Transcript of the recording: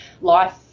life